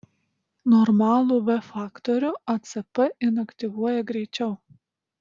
normalų v faktorių acp inaktyvuoja greičiau